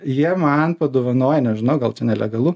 jie man padovanojo nežinau gal čia nelegalu